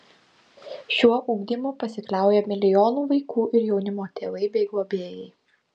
šiuo ugdymu pasikliauja milijonų vaikų ir jaunimo tėvai bei globėjai